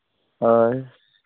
ᱦᱳᱭ